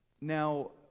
Now